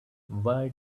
why